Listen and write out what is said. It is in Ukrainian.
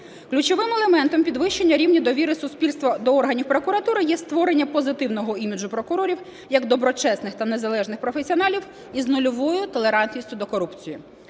Ключовим елементом підвищення рівня довіри суспільства до органів прокуратури є створення позитивного іміджу прокурорів як доброчесних та незалежних професіоналів із нульовою толерантністю до корупції.